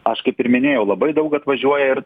aš kaip ir minėjau labai daug atvažiuoja ir